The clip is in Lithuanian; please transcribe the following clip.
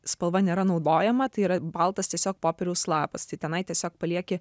spalva nėra naudojama tai yra baltas tiesiog popieriaus lapas tai tenai tiesiog palieki